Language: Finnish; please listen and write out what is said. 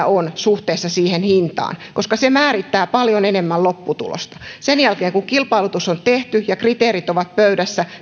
on suhteessa hintaan koska se määrittää paljon enemmän lopputulosta sen jälkeen kun kilpailutus on tehty ja kriteerit ovat pöydässä